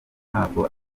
ntabwo